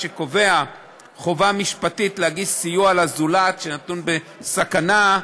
שקובע חובה משפטית להגיש סיוע לזולת שנתון בסכנה.